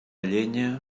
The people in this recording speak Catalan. llenya